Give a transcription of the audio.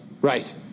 Right